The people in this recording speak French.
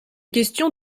questions